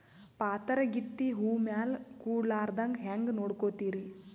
ಪಾತರಗಿತ್ತಿ ಹೂ ಮ್ಯಾಲ ಕೂಡಲಾರ್ದಂಗ ಹೇಂಗ ನೋಡಕೋತಿರಿ?